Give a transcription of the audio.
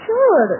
Sure